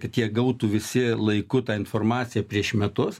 kad tiek gautų visi laiku tą informaciją prieš metus